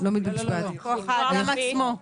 --- מכוח האדם עצמו.